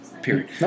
Period